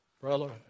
Brother